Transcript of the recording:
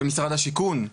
ומשרד השיכון.